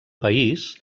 país